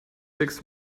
six